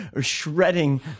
shredding